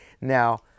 now